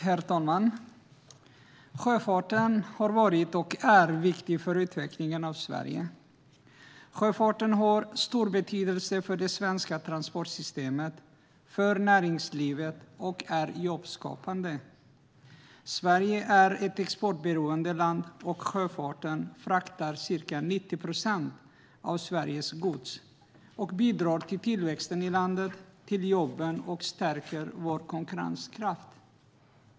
Herr talman! Sjöfarten har varit och är viktig för utvecklingen i Sverige. Sjöfarten har stor betydelse för det svenska transportsystemet och för näringslivet och är jobbskapande. Sverige är ett exportberoende land, och sjöfarten fraktar ca 90 procent av Sveriges gods. Sjöfarten bidrar till tillväxten i landet, till jobben och stärker vår konkurrenskraft.